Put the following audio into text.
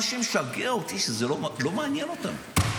מה שמשגע אותי, שזה לא מעניין אותם.